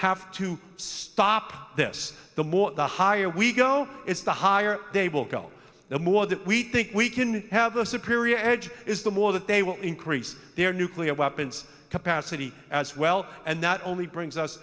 have to stop this the more the higher we go it's the higher they will go the more that we think we can have the superior edge is the more that they will increase their nuclear weapons capacity as well and that only brings us